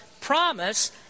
promise